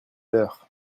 leurs